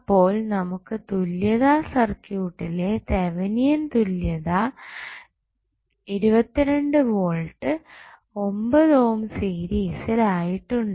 അപ്പോൾ നമ്മുടെ തുല്യതാ സർക്യൂട്ടിലെ തെവനിയൻ തുല്യത 22 വോൾട്ട് 9 ഓം സീരിസിൽ ആയിട്ട് ഉണ്ട്